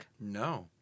No